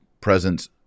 presence